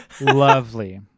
Lovely